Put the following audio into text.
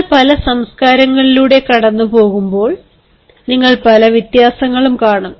നിങ്ങൾ പല സംസ്കാരങ്ങളിലൂടെ കടന്നു പോകുമ്പോൾ നിങ്ങൾ പല വ്യത്യാസങ്ങളും കാണും